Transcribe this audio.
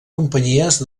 companyies